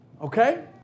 Okay